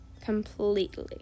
completely